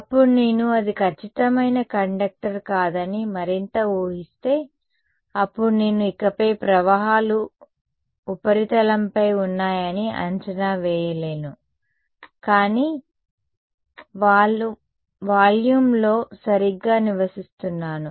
అప్పుడు నేను అది ఖచ్చితమైన కండక్టర్ కాదని మరింత ఊహిస్తే అప్పుడు నేను ఇకపై ప్రవాహాలు ఉపరితలంపై ఉన్నాయని అంచనా వేయలేను కానీ వాల్యూమ్లో సరిగ్గా నివసిస్తున్నాను